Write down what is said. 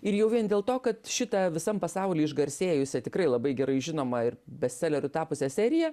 ir jau vien dėl to kad šitą visam pasaulyje išgarsėjusią tikrai labai gerai žinomą ir bestseleriu tapusią seriją